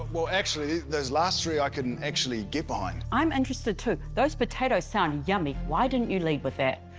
well, actually those last three i can actually get behind. i'm interested too. those potatoes sound yummy. why didn't you lead with that?